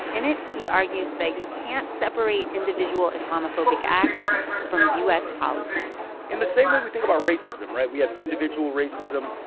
in it, he argues that you can't separate individual islamophobic acts from u s. policies in the same way we think about racism right? we have individual racism,